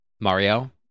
Mario